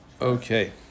Okay